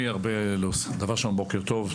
בוקר טוב.